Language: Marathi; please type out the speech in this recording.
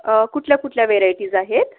कुठल्या कुठल्या व्हरायटीज आहेत